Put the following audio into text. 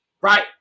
right